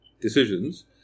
decisions